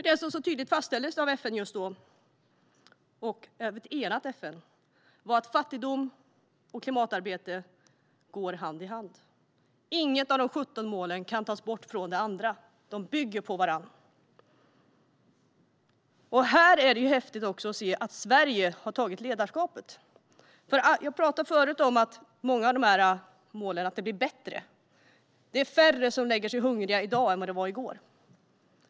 Det som så tydligt fastställdes av ett enat FN var att fattigdom och klimatarbete går hand i hand. Inget av de 17 målen kan tas bort från de andra. De bygger på varandra. Det är häftigt att se att Sverige har tagit på sig ett ledarskap. Tidigare talade jag om att många av målen går mot det bättre. Färre lägger sig hungriga i dag än i går.